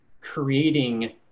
creating